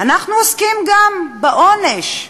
אנחנו עוסקים גם בעונש: